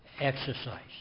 exercise